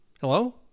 Hello